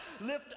Lift